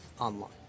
online